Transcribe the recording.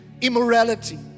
immorality